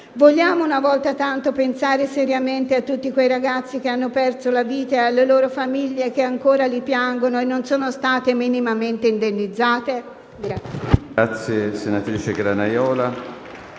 Vogliamo una volta tanto pensare seriamente a tutti quei ragazzi che hanno perso la vita e alle loro famiglie che ancora li piangono e non sono state minimamente indennizzate?